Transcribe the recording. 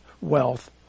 wealth